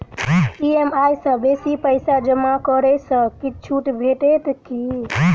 EMI सँ बेसी पैसा जमा करै सँ किछ छुट भेटत की?